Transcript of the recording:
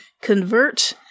convert